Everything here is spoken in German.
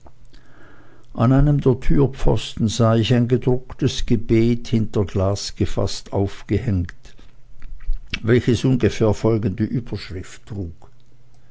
an einem der türpfosten sah ich ein gedrucktes gebet hinter glas gefaßt aufgehängt welches ungefähr folgende überschrift trug